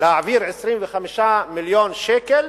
להעביר 25 מיליון שקל